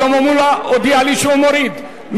שלמה מולה הודיע לי שהוא מוריד.